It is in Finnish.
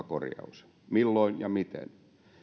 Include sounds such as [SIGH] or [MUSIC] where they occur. [UNINTELLIGIBLE] korjaus milloin ja miten